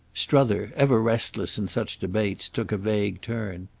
strether, ever restless in such debates, took a vague turn